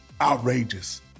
outrageous